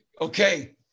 okay